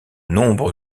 nombre